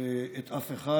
את אף אחד,